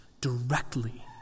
directly